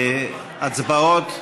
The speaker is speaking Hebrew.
להצבעות.